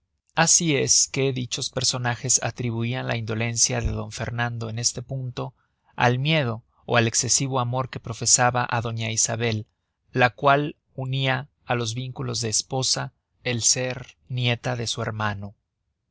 asi es que dichos personajes atribuian la indolencia de d fernando en este punto al miedo ó al escesivo amor que profesaba á doña isabel la cual unia á los vínculos de esposa el ser nieta de su hermano